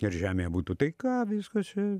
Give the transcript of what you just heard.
ir žemėje būtų taika viskas čia